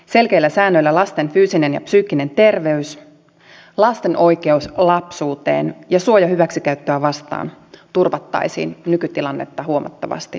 selkeillä säännöillä lasten fyysinen ja psyykkinen terveys lasten oikeus lapsuuteen ja suoja hyväksikäyttöä vastaan turvattaisiin nykytilannetta huomattavasti tehokkaammin